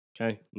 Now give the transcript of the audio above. Okay